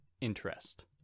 interest